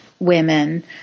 women